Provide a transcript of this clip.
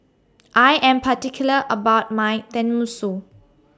I Am particular about My Tenmusu